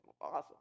awesome